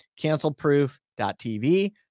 cancelproof.tv